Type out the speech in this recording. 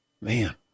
man